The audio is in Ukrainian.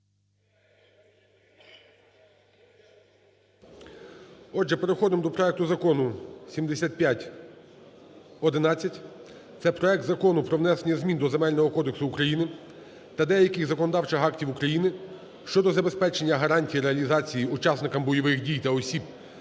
Отже, переходимо до проекту Закону 7511. Це проект Закону про внесення змін до Земельного кодексу України та деяких законодавчих актів України щодо забезпечення гарантій реалізації учасниками бойових дій та осіб,